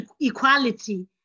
equality